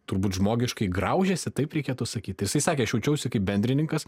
turbūt žmogiškai graužėsi taip reikėtų sakyt jisai sakė aš jaučiausi kaip bendrininkas